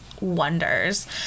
wonders